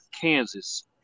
Kansas